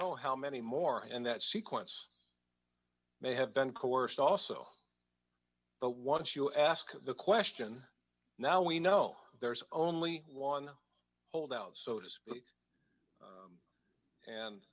know how many more and that sequence may have been coerced also but once you ask the question now we know there's only one holdout